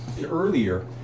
Earlier